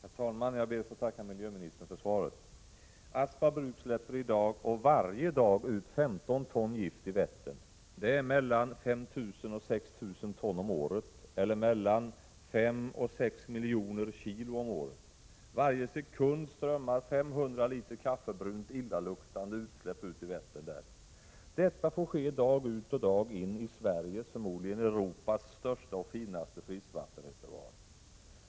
Herr talman! Jag ber att få tacka miljöoch energiministern för svaret. Aspa bruk släpper i dag och varje dag ut 15 ton gift i Vättern. Det är mellan 5 000 och 6 000 ton om året eller mellan 5 och 6 miljoner kilo om året. Varje sekund strömmar 500 liter kaffebrunt, illaluktande utsläpp ut i Vättern där. Detta får ske dag ut och dagin i Sveriges och förmodligen Europas största och finaste friskvattenreservoar.